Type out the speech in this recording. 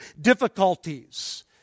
difficulties